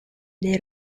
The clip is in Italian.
dei